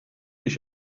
ich